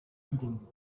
reading